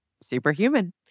superhuman